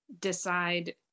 decide